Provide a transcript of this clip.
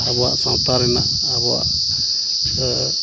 ᱟᱵᱚᱣᱟᱜ ᱥᱟᱶᱛᱟ ᱨᱮᱱᱟᱜ ᱟᱵᱚᱣᱟᱜ